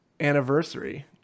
anniversary